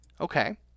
Okay